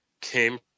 came